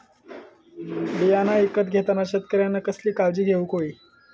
बियाणा ईकत घेताना शेतकऱ्यानं कसली काळजी घेऊक होई?